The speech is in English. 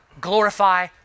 glorify